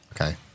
Okay